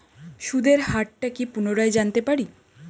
সুদের হার টা কি পুনরায় জানতে পারি?